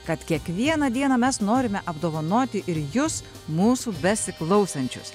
kad kiekvieną dieną mes norime apdovanoti ir jus mūsų besiklausančius